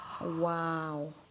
Wow